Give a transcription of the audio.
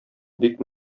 бик